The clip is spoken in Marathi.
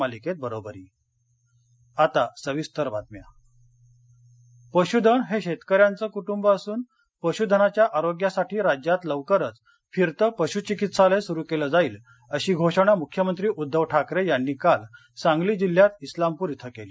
मख्यमंत्री पशुधन हे शेतकऱ्यांचं कुटुंब असून पशुधनाच्या आरोग्यासाठी राज्यात लवकरच फिरतं पशु चिकित्सालय सुरु केलं जाईल अशी घोषणा मुख्यमंत्री उद्धव ठाकरे यांनी काल सांगली जिल्ह्यात उल्लामपूर क्वें केली